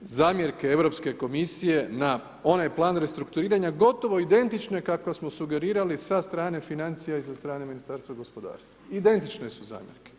zamjerke Europske komisije na onaj plan restrukturiranja gotovo identično kakve smo sugerirali sa strane financija i sa strane Ministarstva gospodarstva, identične su zamjerke.